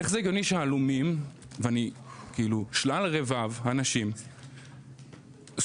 איך זה הגיוני שהלומים, ושלל רבב, אנשים, סובלים?